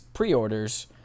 pre-orders